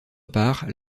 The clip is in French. part